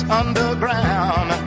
underground